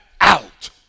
out